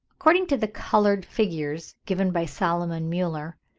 according to the coloured figures given by solomon muller,